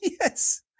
Yes